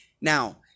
Now